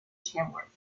tamworth